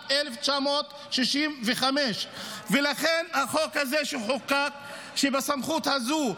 1965. ולכן החוק הזה שחוקק שבסמכות הזו,